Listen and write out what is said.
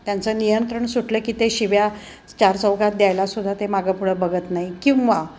त्यांचं नियंत्रण सुटलं की ते शिव्या चारचौघात द्यायला सुद्धा ते मागपुढं बघत नाही किंवा